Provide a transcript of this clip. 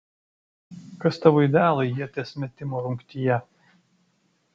kas tavo idealai ieties metimo rungtyje